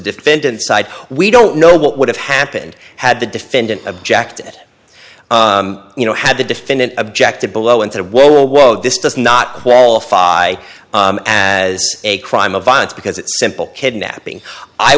defendant's side we don't know what would have happened had the defendant objected you know had the defendant objected below and said whoa whoa whoa this does not qualify as a crime of violence because it's simple kidnapping i